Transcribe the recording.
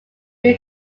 new